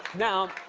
now,